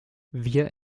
wir